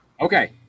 Okay